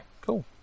cool